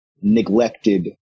neglected